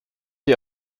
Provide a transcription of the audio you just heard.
die